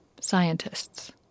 scientists